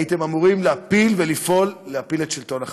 הייתם אמורים להפיל ולפעול להפיל את שלטון ה"חמאס".